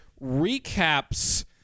recaps